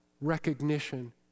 recognition